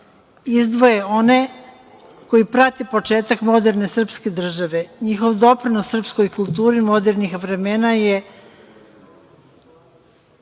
izdvoje one koji prate početak moderne srpske države, njihov doprinos srpskoj kulturi modernih vremena je